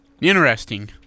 Interesting